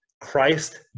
Christ